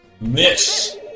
MISS